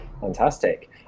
fantastic